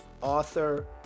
author